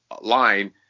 line